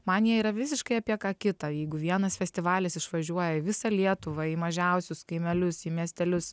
man jie yra visiškai apie ką kita jeigu vienas festivalis išvažiuoja į visą lietuvą į mažiausius kaimelius į miestelius